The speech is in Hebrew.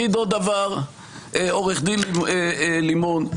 עו"ד לימון,